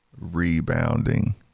rebounding